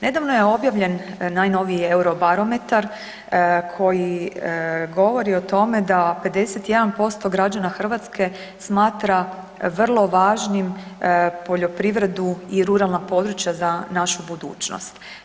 Nedavno je objavljen najnoviji Eurobarometar koji govori o tome da 51% građana Hrvatske smatra vrlo važnim poljoprivredu i ruralna područja za našu budućnosti.